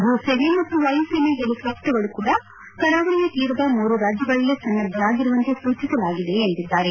ಭೂ ಸೇನೆ ಮತ್ತು ವಾಯುಸೇನೆಯ ಹೆಲಿಕಾಪ್ಸರ್ಗಳು ಕೂಡ ಕರಾವಳಿಯ ತೀರದ ಮೂರು ರಾಜ್ಯಗಳಲ್ಲಿ ಸನ್ನದ್ದರಾಗಿರುವಂತೆ ಸೂಚಿಸಲಾಗಿದೆ ಎಂದಿದ್ದಾರೆ